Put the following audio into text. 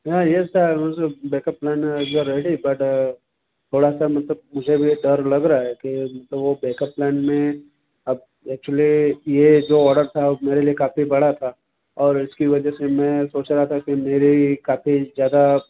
या yes sir वो सब बैकअप प्लान जो रहे बट थोड़ा सा मतलब मुझे भी डर लग रहा है कि मतलब वो बैकअप प्लान में अब एक्चुअली ये जो ऑर्डर था मेरे लिए काफी बड़ा था और इसकी वजह से मैं सोच रहा था की मेरी काफी ज्यादा